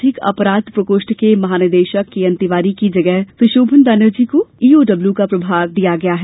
आर्थिक अपराध प्रकोष्ठ के महानिदेशक केएन तिवारी की जगह सुशोभन बैनर्जी को ई ओ डब्लू का प्रभार दिया गया है